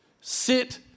Sit